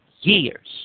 years